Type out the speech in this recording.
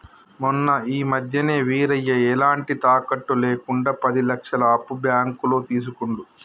మొన్న ఈ మధ్యనే వీరయ్య ఎలాంటి తాకట్టు లేకుండా పది లక్షల అప్పు బ్యాంకులో తీసుకుండు